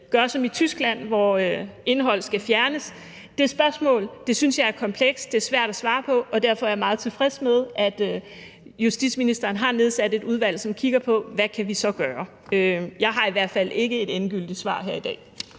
gøre som i Tyskland, hvor indhold skal fjernes? Det spørgsmål synes jeg er komplekst, det er svært at svare på, og derfor er jeg meget tilfreds med, at justitsministeren har nedsat et udvalg, som kigger på, hvad vi så kan gøre. Jeg har i hvert fald ikke et endegyldigt svar her i dag.